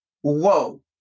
Whoa